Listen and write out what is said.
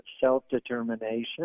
self-determination